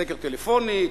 סקר טלפוני,